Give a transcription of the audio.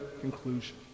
conclusion